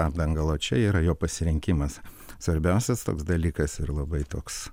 apdangalo čia yra jo pasirinkimas svarbiausias toks dalykas ir labai toks